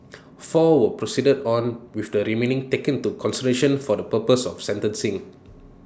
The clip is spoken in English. four were proceeded on with the remaining taken into consideration for the purposes of sentencing